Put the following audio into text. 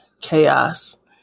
chaos